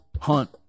hunt